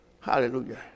Hallelujah